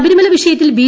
ശബരിമല വിഷയത്തിൽ ബി